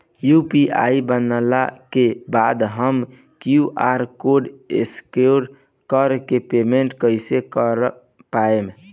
UPI बनला के बाद हम क्यू.आर कोड स्कैन कर के पेमेंट कइसे कर पाएम?